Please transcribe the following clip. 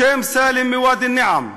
בשם סאלם מוואדי-אלנעם,